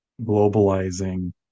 globalizing